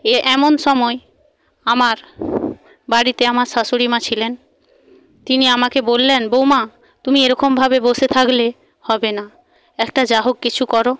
এ এমন সময় আমার বাড়িতে আমার শাশুড়ি মা ছিলেন তিনি আমাকে বললেন বৌমা তুমি এরকমভাবে বসে থাকলে হবে না একটা যা হোক কিছু করো